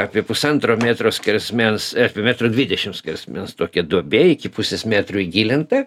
apie pusantro metro skersmens apie metro dvidešims skersmens tokia duobė iki pusės metro įgilinta